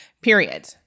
Period